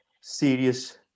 serious